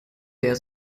der